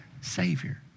Savior